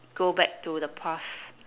go back to the past